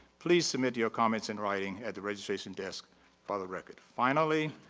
please submit your comments in writing at the registration desk for the record. finally,